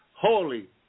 Holy